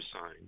sign